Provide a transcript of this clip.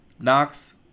Knox